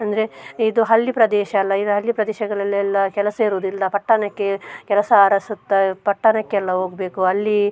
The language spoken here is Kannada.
ಅಂದರೆ ಇದು ಹಳ್ಳಿ ಪ್ರದೇಶ ಅಲ್ಲ ಈಗ ಹಳ್ಳಿ ಪ್ರದೇಶಗಳಲ್ಲೆಲ್ಲ ಕೆಲಸ ಇರುವುದಿಲ್ಲ ಪಟ್ಟಣಕ್ಕೆ ಕೆಲಸ ಅರಸುತ್ತ ಪಟ್ಟಣಕ್ಕೆಲ್ಲ ಹೋಗ್ಬೇಕು ಅಲ್ಲಿ